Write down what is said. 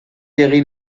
egin